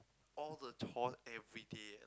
all the chores every day